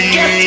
get